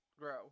grow